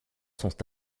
sont